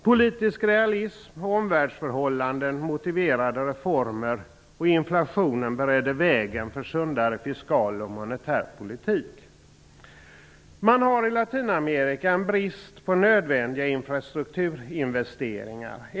Politisk realism och omvärldsförhållanden motiverade reformer, och inflationen beredde vägen för sundare fiskal och monetär politik. I Latinamerika finns en brist på nödvändiga infrastrukturinvesteringar.